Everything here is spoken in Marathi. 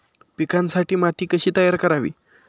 पिकांसाठी माती कशी तयार करावी?